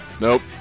Nope